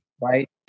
right